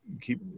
keep